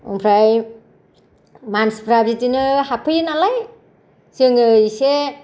ओमफ्राय मानसिफ्रा बिदिनो हाबफैयो नालाय जोङो एसे